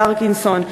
פרקינסון,